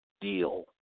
deal